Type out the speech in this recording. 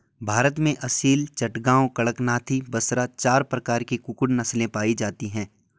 भारत में असील, चटगांव, कड़कनाथी, बसरा चार प्रकार की कुक्कुट नस्लें पाई जाती हैं